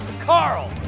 carl